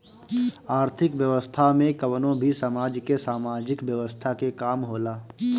आर्थिक व्यवस्था में कवनो भी समाज के सामाजिक व्यवस्था के काम होला